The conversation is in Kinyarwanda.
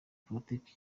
politiki